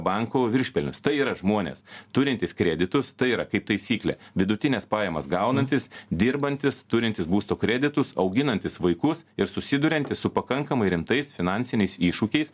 bankų viršpelnius tai yra žmonės turintys kreditus tai yra kaip taisyklė vidutines pajamas gaunantys dirbantys turintys būsto kreditus auginantys vaikus ir susiduriantys su pakankamai rimtais finansiniais iššūkiais